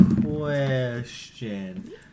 Question